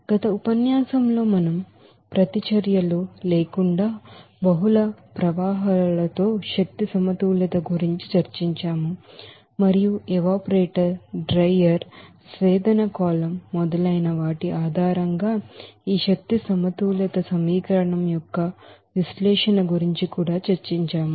గత ఉపన్యాసంలో మనం రియాక్షన్స్ప్రతిచర్యలు లేకుండా మల్టిప్లై స్ట్రీమ్స్ తోబహుళ ప్రవాహాల ఎనర్జీ బాలన్స్శక్తి సమతుల్యత గురించి చర్చించాము మరియు ఎవాపరేటర్ డ్రైయర్ డిస్టిలేషన్ కాలమ్స్వేదన కాలమ్ మొదలైన వాటి ఆధారంగా ఈ ఎనర్జీ బాలన్స్ ఈక్వేషన్ యొక్క విశ్లేషణ గురించి కూడా చర్చించాము